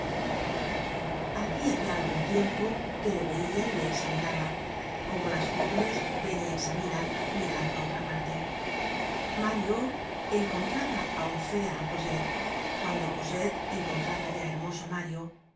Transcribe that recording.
hacia ya algun tiempo que le veía y le examinaba como las jóve nes ven y examinan mirando á otra parte mario encontraba aun fea á cosette cuando cosette encontraba ya hermoso á mario